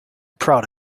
proud